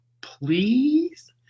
please